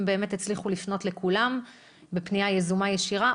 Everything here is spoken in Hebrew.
באמת הצליחו לפנות לכולם בפנייה יזומה וישירה,